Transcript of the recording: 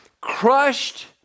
crushed